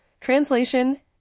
Translation